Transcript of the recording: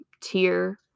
tier